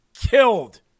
killed